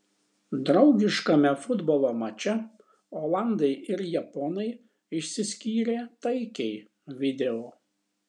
draugiškame futbolo mače olandai ir japonai išsiskyrė taikiai video